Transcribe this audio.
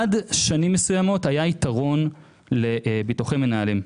עד שנים מסוימות היה יתרון לביטוחי מנהלים.